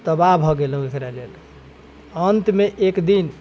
तबाह भऽ गेलहुँ एकरा लेल अन्तमे एक दिन